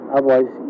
Otherwise